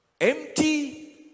empty